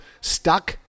stuck